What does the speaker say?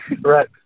Right